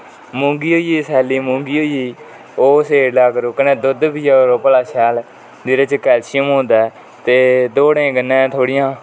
मुंगी होई गेई सैली मुंगी ओह् सेडी लैआ करो कन्ने दुध बी पिया करो शैल जेहदे च कैलसियम होंदा ऐ ते दोडने कन्ने थुआडिया